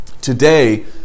today